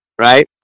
Right